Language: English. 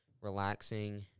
relaxing